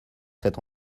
cette